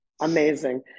Amazing